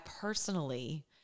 personally